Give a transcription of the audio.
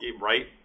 Right